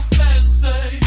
fancy